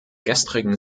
gestrigen